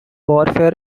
warfare